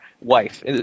wife